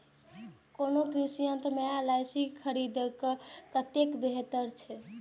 कोनो कृषि यंत्र के ऑनलाइन खरीद कतेक बेहतर छै?